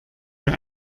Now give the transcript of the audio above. der